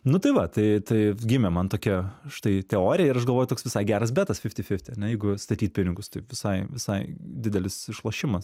nu tai va tai tai gimė man tokia štai teorija ir aš galvoju toks visai geras betas fifti fifti ne jeigu statyt pinigus taip visai visai didelis išlošimas